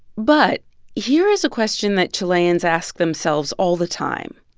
but here is a question that chileans ask themselves all the time.